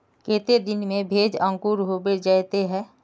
केते दिन में भेज अंकूर होबे जयते है?